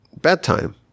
bedtime